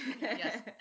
Yes